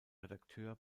redakteur